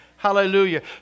Hallelujah